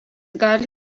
gali